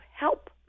help